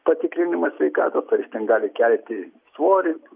patikrinimas sveikatos ar jis ten gali kelti svorį